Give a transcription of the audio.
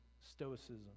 Stoicism